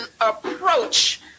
approach